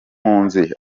mpunzi